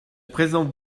présente